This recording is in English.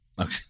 Okay